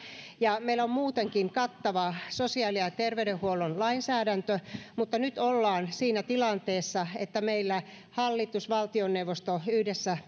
meillä on muutenkin kattava sosiaali ja ja terveydenhuollon lainsäädäntö mutta nyt ollaan siinä tilanteessa että meillä hallitus valtioneuvosto yhdessä